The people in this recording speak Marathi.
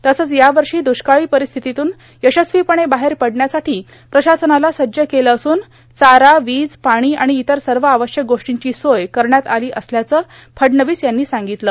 तसंच या वर्षा दुष्काळी पारस्थितीतून यशस्वीपणे बाहेर पडण्यासाठी प्रशासनाला सज्ज केलं असून चारा वीज पाणी आर्गण इतर सव आवश्यक गोष्टांची सोय करण्यात आलो असल्याचं फडणवीस यांनी सांग्रगतलं